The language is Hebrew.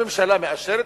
הממשלה מאשרת,